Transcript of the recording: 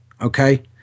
Okay